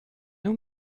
nous